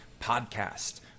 Podcast